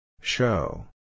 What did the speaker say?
Show